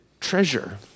Treasure